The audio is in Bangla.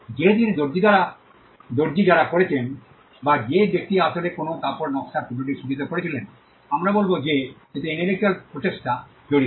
যেহেতু এটি দর্জি যারা করেছেন বা যে ব্যক্তি আসলে কোনও কাপড়ে নকশার টুকরোটি সূচিত করেছিলেন আমরা বলব যে এতে ইন্টেলেকচুয়াল প্রচেষ্টা জড়িত